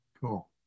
cool